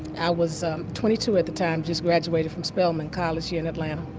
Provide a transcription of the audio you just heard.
i was twenty two at the time, just graduated from spellman college here in atlanta.